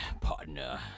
partner